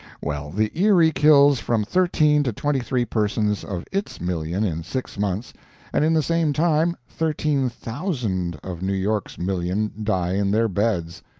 well, the erie kills from thirteen to twenty three persons of its million in six months and in the same time thirteen thousand of new york's million die in their beds!